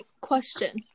Question